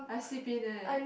I sleep in leh